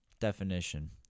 Definition